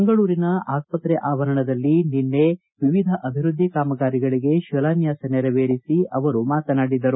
ಮಂಗಳೂರಿನ ಆಸ್ತ್ರತೆಯ ಆವರಣದಲ್ಲಿ ನಿನ್ನೆ ವಿವಿಧ ಅಭಿವೃದ್ದಿ ಕಾಮಗಾರಿಗಳಿಗೆ ತಿಲಾನ್ಯಾಸ ನೆರವೇರಿಸಿ ಅವರು ಮಾತನಾಡಿದರು